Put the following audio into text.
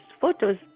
photos